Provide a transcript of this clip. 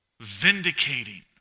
vindicating